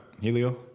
Helio